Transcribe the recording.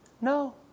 No